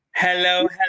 Hello